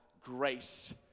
Grace